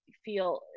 feel